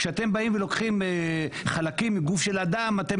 כשאתם באים ולוקחים חלקים מגוף של אדם אתם